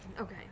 Okay